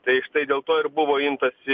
tai štai dėl to ir buvo imtasi